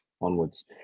onwards